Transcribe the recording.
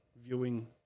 viewing